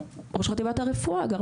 ראש חטיבת הרפואה, ד"ר הגר